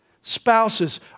Spouses